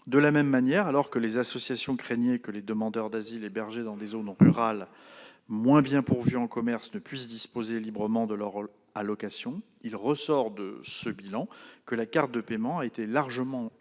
De la même manière, alors que les associations craignaient que les demandeurs d'asile hébergés dans des zones rurales moins bien pourvues en commerces ne puissent disposer librement de leur allocation, il ressort de ce bilan que la carte de paiement a été largement utilisée